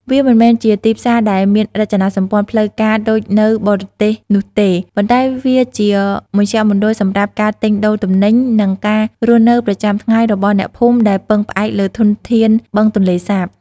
វាមិនមែនជាទីផ្សារដែលមានរចនាសម្ព័ន្ធផ្លូវការដូចនៅបរទេសនោះទេ ប៉ុន្តែវាជាមជ្ឈមណ្ឌលសម្រាប់ការទិញដូរទំនិញ និងការរស់នៅប្រចាំថ្ងៃរបស់អ្នកភូមិដែលពឹងផ្អែកលើធនធានបឹងទន្លេសាប។